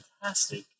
fantastic